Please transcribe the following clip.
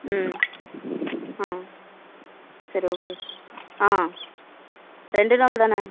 ம் ஆ சரி ஓகே ஆ ரெண்டு நாள் தானே